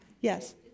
yes